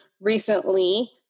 recently